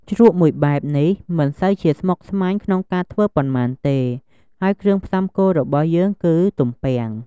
ជ្រក់មួយបែបនេះមិនសូវជាស្មុគស្មាញក្នុងការធ្វើប៉ុន្មានទេ ហើយគ្រឿងផ្សំគោលរបស់យើងគឺទំពាំង។